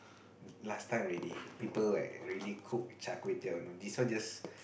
last time already people like really cook char-kway-teow you know this one just